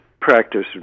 practice